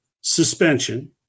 suspension